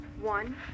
One